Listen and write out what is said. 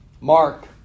Mark